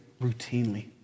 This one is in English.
routinely